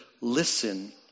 listen